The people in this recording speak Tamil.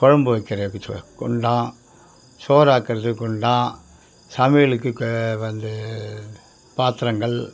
குழம்பு வைக்கிறதுக்கு சொல்றேன் குண்டான் சோறாக்குறதுக்கு குண்டான் சமையலுக்கு வந்து பாத்திரங்கள்